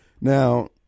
Now